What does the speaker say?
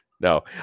No